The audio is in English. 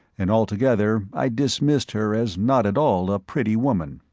and altogether i dismissed her as not at all a pretty woman.